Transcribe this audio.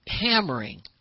hammering